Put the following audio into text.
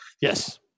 Yes